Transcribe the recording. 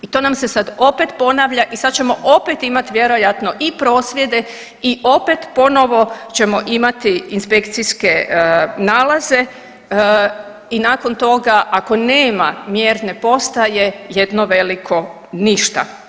I to nam se sad opet ponavlja i sad ćemo opet imati vjerojatno i prosvjede i opet ponovo ćemo imati inspekcijske nalaze i nakon toga ako nema mjerne postaje jedno veliko ništa.